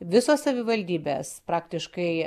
visos savivaldybės praktiškai